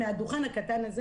מהדוכן הקטן הזה